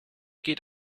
geht